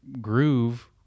groove